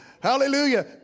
Hallelujah